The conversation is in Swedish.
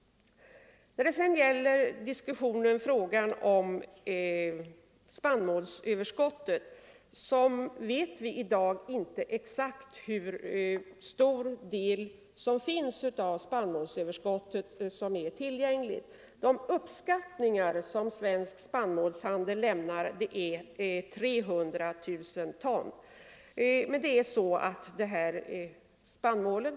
Nr 122 Så har vi frågan om spannmålsöverskottet. Vi vet i dag inte exakt — Torsdagen den hur stor del av spannmålsöverskottet som är tillgänglig. Den uppskattning 14 november 1974 som Svensk spannmålshandel gör är 300 000 ton.